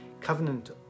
covenant